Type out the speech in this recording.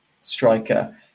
striker